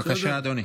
בבקשה, אדוני.